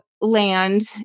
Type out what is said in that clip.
land